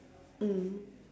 mm